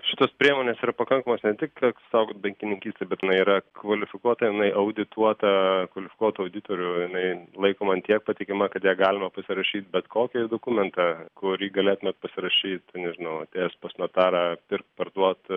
šitos priemonės yra pakankamos ne tik kad saugot bankininkystę bet inai yra kvalifikuota jinai audituota kvalifikuotų auditorių jinai laiko ant tiek patikima kad ja galima pasirašyt bet kokį dokumentą kurį galėtumėt pasirašyt nežinau atėjus pas notarą pirkt parduot